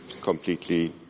completely